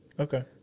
Okay